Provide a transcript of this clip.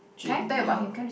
Jun-Yang